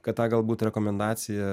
kad tą galbūt rekomendaciją